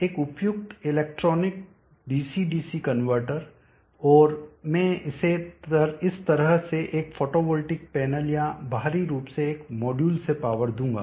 एक उपयुक्त electronics DC DC converter और मैं इसे इस तरह से एक फोटोवोल्टिक पैनल या बाहरी रूप से एक मॉड्यूल से पावर दूंगा